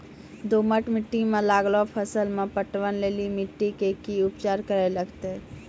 दोमट मिट्टी मे लागलो फसल मे पटवन लेली मिट्टी के की उपचार करे लगते?